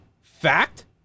fact